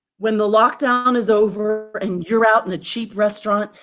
when the lock down is over and you're out in a cheap restaurant,